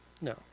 No